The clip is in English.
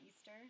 Easter